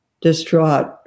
distraught